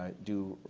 do